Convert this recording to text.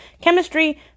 chemistry